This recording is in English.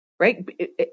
Right